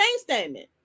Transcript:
statement